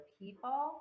people